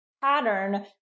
pattern